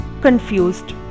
confused